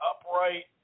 upright